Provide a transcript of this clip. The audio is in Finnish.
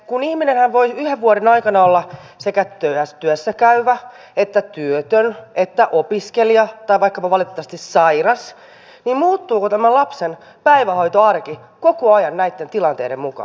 kun ihminenhän voi yhden vuoden aikana olla sekä työssä käyvä että työtön opiskelija tai valitettavasti vaikkapa sairas niin muuttuuko tämä lapsen päivähoitoarki koko ajan näitten tilanteiden mukaan